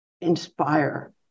inspire